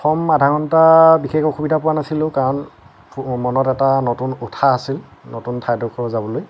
প্ৰথম আধা ঘন্টা বিশেষ অসুবিধা পোৱা নাছিলো কাৰণ মনত এটা নতুন উৎসাহ আছিল নতুন ঠাইডোখৰ যাবলৈ